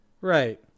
Right